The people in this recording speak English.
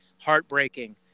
heartbreaking